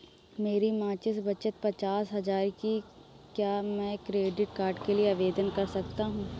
मेरी मासिक बचत पचास हजार की है क्या मैं क्रेडिट कार्ड के लिए आवेदन कर सकता हूँ?